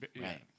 Right